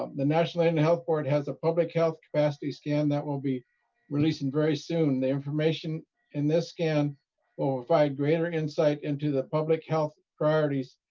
um the national and health board has a public health capacity scan that will be released very soon. the information in this scan, will provide greater insight into the public health priorities,